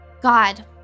God